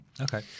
Okay